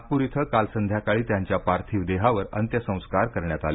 नागपूर इथं काल संध्याकाळी त्यांच्या पार्थिव देहावर अंत्यसंस्कार करण्यात आले